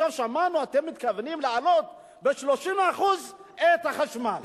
עכשיו שמענו שאתם מתכוונים להעלות ב-30% את החשמל.